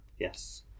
Yes